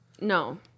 No